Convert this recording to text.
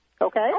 Okay